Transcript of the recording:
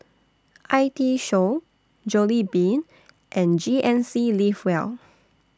I T Show Jollibean and G N C Live Well